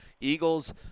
Eagles